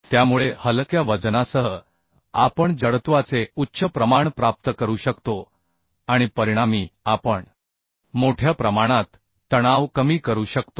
त्यामुळे हलक्या वजनासह आपण जडत्वाचे उच्च प्रमाण प्राप्त करू शकतो आणि परिणामी आपण मोठ्या प्रमाणात तणाव कमी करू शकतो